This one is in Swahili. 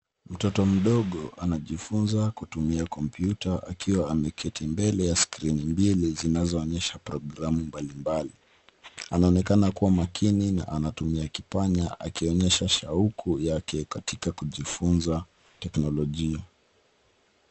Mtoto mdogo anajifunza kutumia kompyuta akiwa ameketi mbele ya skrini mbili zinazoonyesha programu mbalimbali ,anaonekana kuwa makini na anatumia kipanya akionyesha shauku yake katika kujifunza teknolojia.